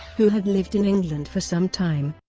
who had lived in england for some time,